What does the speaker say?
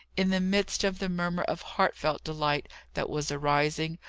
in the midst of the murmur of heartfelt delight that was arising,